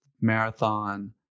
marathon